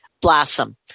blossom